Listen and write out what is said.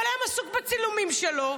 כל היום עסוק בצילומים שלו,